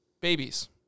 babies